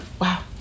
Wow